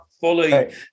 fully